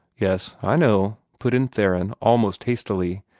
yes, i know, put in theron, almost hastily,